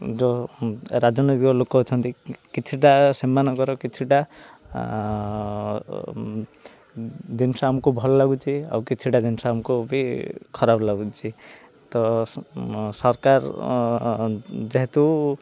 ଯେଉଁ ରାଜନୈତିକ ଲୋକ ଅଛନ୍ତି କିଛିଟା ସେମାନଙ୍କର କିଛିଟା ଜିନିଷ ଆମକୁ ଭଲ ଲାଗୁଛି ଆଉ କିଛିଟା ଜିନିଷ ଆମକୁ ବି ଖରାପ ଲାଗୁଛି ତ ସରକାର ଯେହେତୁ